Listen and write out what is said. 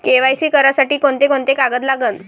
KYC करासाठी कोंते कोंते कागद लागन?